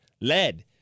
lead